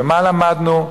ומה למדנו?